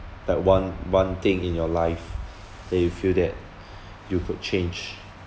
that one one thing in your life that you feel that you could change